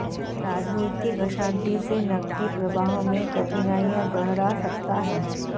राजनीतिक अशांति से नकदी प्रवाह में कठिनाइयाँ गहरा सकता है